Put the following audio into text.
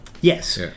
Yes